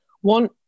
one